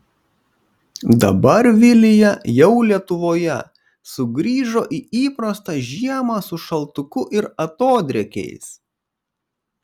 dabar vilija jau lietuvoje sugrįžo į įprastą žiemą su šaltuku ir atodrėkiais